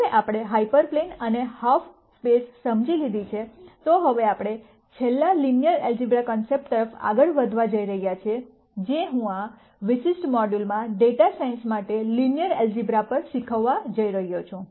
હવે આપણે hyper plane અને હાલ્ફ સ્પેસ સમજી લીધી છે તો હવે આપણે છેલ્લા લિનિયર એલ્જીબ્રા કોન્સેપ્ટ તરફ આગળ વધવા જઈ રહ્યા છીએ જે હું આ વિશિષ્ટ મોડ્યુલમાં ડેટા સાયન્સ માટે લિનિયર એલ્જીબ્રા પર શીખવવા જઈ રહ્યો છું